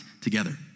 together